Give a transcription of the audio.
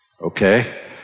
Okay